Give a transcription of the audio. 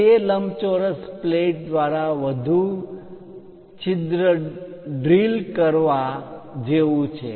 તે લંબચોરસ પ્લેટ દ્વારા વધુ છિદ્ર ડ્રિલ કરવા કાણા પાડવા drilling જેવું છે